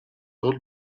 тул